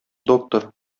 доктор